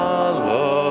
Follow